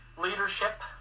leadership